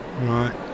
right